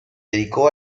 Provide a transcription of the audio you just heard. dedicó